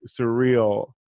surreal